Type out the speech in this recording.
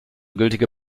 gültige